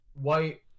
white